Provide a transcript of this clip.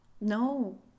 No